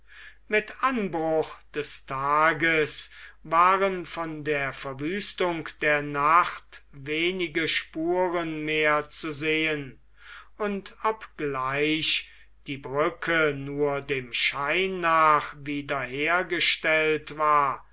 mit anbruch des tages waren von der verwüstung der nacht wenige spuren mehr zu sehen und obgleich die brücke nur dem schein nach wieder hergestellt war